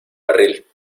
barril